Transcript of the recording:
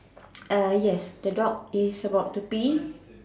err yes the dog is about to pee